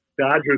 Dodgers